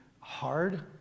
hard